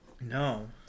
No